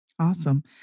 Awesome